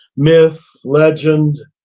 myth, legend,